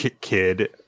kid